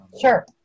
sure